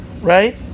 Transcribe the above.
right